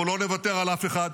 אנחנו לא נוותר על אף אחד.